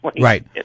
Right